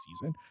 season